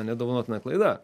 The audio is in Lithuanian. nedovanotina klaida